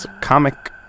comic